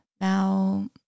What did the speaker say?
now